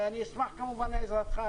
ואני אשמח כמובן לעזרתך.